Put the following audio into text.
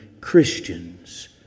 Christians